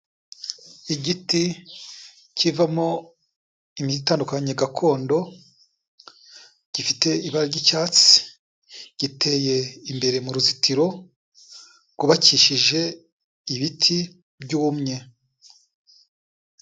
Igiti kivamo imiti itandukanye gakondo gifite ibara ry'icyatsi giteye imbere mu ruzitiro rwukishije ibiti byumye.